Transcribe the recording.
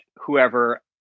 whoever